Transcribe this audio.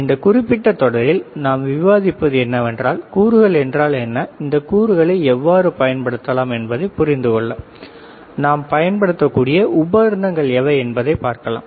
இந்த குறிப்பிட்ட தொடரில் நாம் விவாதிப்பது என்னவென்றால் கூறுகள் என்றால் என்ன இந்த கூறுகளை எவ்வாறு பயன்படுத்தலாம் என்பதைப் புரிந்துகொள்ள நாம் பயன்படுத்தக்கூடிய உபகரணங்கள் எவை என்பதைப் பார்க்கலாம்